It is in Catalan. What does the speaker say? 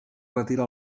retira